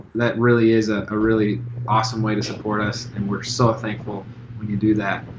that really is a ah really awesome way to support us and we're so thankful when you do that.